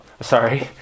Sorry